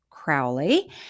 Crowley